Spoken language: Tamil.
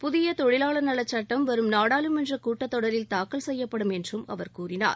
புதிய தொழிலாளர் நலச் சட்டம் வரும் நாடாளுமன்ற கூட்டத் தொடரில் தாக்கல் செய்யப்படும் என்றும் அவர் கூறினார்